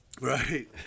Right